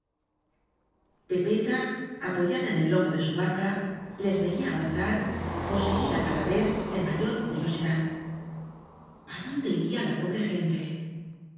pepeta apoyada en el lomo de su vaca les veía avanzar poseída cada vez de mayor cu riosidad ja dónde iría la pobre gente